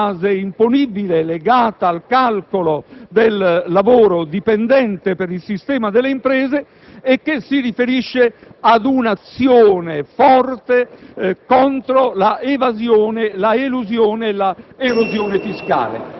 riducendo la base imponibile legata al calcolo del lavoro dipendente per il sistema delle imprese, e ad un'azione forte contro l'evasione, l'elusione e